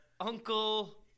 Uncle